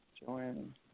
Joanne